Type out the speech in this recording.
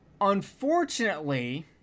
Unfortunately